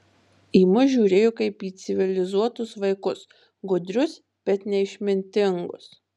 į mus žiūrėjo kaip į civilizuotus vaikus gudrius bet neišmintingus